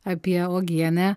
apie uogienę